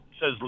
says